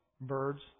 birds